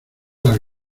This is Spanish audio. las